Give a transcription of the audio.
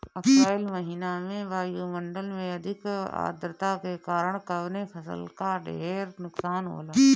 अप्रैल महिना में वायु मंडल में अधिक आद्रता के कारण कवने फसल क ढेर नुकसान होला?